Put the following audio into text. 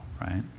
right